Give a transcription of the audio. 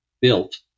built